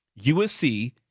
USC